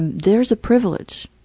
and there's a privilege.